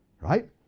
right